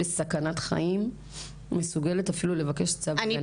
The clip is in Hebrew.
בסכנת חיים מסוגלת אפילו לבקש צו הגנה,